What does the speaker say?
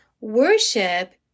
Worship